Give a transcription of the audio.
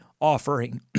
offering